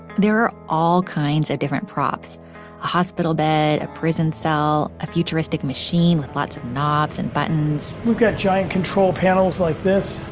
there are all kinds of different props a hospital bed, a prison cell, a futuristic machine with lots of knobs and buttons we've got giant control panels like this,